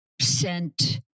sent